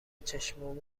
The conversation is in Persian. چشمام